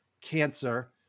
cancer